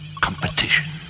competition